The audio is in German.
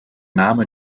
name